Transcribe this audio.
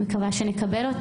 אני מקווה שנקבל.